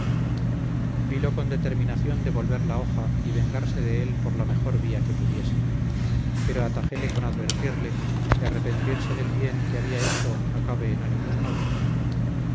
vilo con determinación de volver la hoja y vengarse de él por la mejor vía que pudiese pero atajéle con advertirle que arrepentirse del bien que había hecho no cabe en ánimos nobles